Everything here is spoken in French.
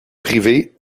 privée